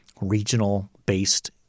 regional-based